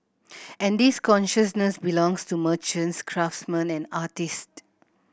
and this consciousness belongs to merchants craftsman and artist